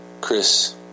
Chris